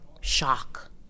shock